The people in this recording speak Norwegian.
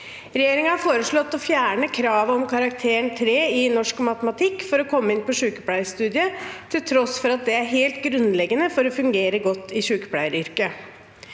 Regjeringen har foreslått å fjerne kravet om karakteren 3 i norsk og matematikk for å komme inn på sykepleierstudiet, til tross for at det er helt grunnleggende for å fungere godt i sykepleieryrket.